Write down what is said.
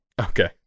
Okay